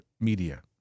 media